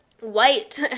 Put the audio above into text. White